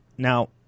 Now